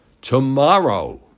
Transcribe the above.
Tomorrow